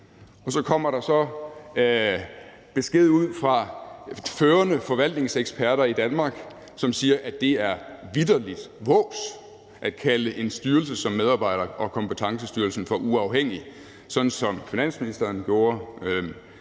så kommer der besked ud fra førende forvaltningseksperter i Danmark, som siger, at det er »vitterligt vås« at kalde en styrelse som Medarbejder- og Kompetencestyrelsen for »uafhængig«, sådan som finansministeren gjorde,